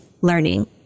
learning